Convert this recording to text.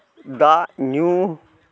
ᱫᱟᱜ ᱧᱩ